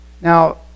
Now